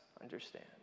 understand